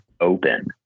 open